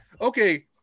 okay